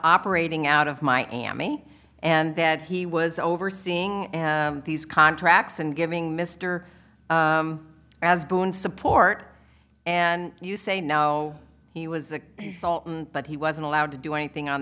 operating out of miami and that he was overseeing these contracts and giving mister as boone support and you say no he was the sultan but he wasn't allowed to do anything on